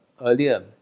earlier